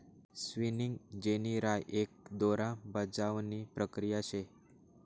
spinning jenny राय एक दोरा बजावणी प्रक्रिया शे